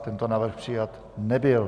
Tento návrh přijat nebyl.